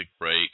break